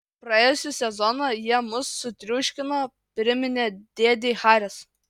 praėjusį sezoną jie mus sutriuškino priminė dėdei haris